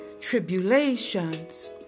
tribulations